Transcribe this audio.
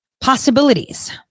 possibilities